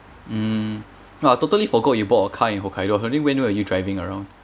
mm I totally forgot you bought a car in hokkaido only when you are you driving around